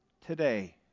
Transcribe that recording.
today